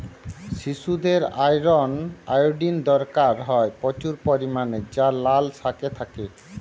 শিশুদের iron, iodine দরকার হয় প্রচুর পরিমাণে যা লাল শাকে থাকে